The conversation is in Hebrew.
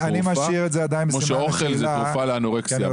תרופה כמו שאוכל זאת תרופה לאנורקסיה.